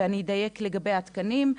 ואני אדייק לגבי התקנים,